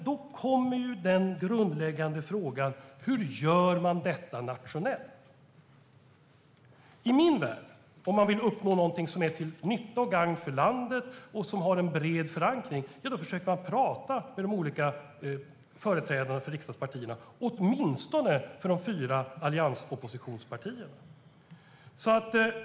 Då kommer den grundläggande frågan: Hur gör man detta nationellt? I min värld är det så att om man vill uppnå någonting som är till nytta och gagn för landet och som har en bred förankring försöker man tala med de olika företrädarna för riksdagspartierna, åtminstone med företrädarna för de fyra alliansoppositionspartierna.